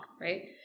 right